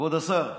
כבוד השר,